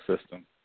system